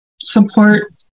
support